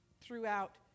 throughout